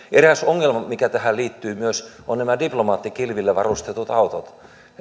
eräs ongelma mikä tähän liittyy myös on nämä diplomaattikilvillä varustetut autot